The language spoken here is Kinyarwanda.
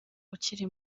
ukiri